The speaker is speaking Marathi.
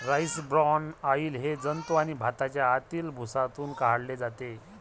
राईस ब्रान ऑइल हे जंतू आणि भाताच्या आतील भुसातून काढले जाते